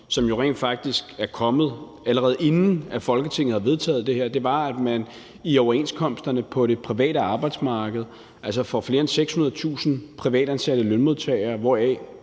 jo rent faktisk er blevet givet, allerede inden Folketinget har vedtaget det her, er, at man på det private arbejdsmarked i overenskomsterne for flere end 600.000 privatansatte lønmodtagere, hvoraf